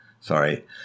Sorry